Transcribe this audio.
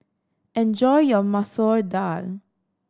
enjoy your Masoor Dal